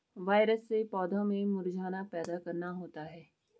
virus से पौधों में मुरझाना पैदा करना होता है